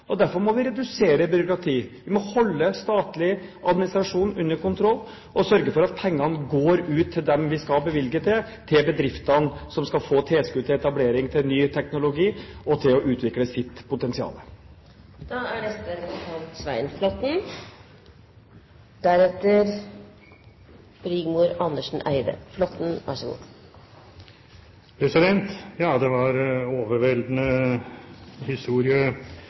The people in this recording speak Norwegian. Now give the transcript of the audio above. godt. Derfor må vi redusere byråkratiet. Vi må holde statlig administrasjon under kontroll og sørge for at pengene går ut til dem vi skal bevilge til, til bedriftene som skal få tilskudd til etablering av ny teknologi og til å utvikle sitt potensial. Det var en overveldende historie